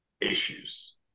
issues